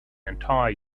entire